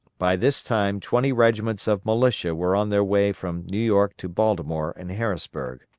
by this time twenty regiments of militia were on their way from new york to baltimore and harrisburg.